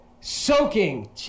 soaking